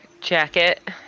jacket